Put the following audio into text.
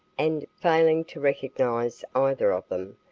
and, failing to recognize either of them,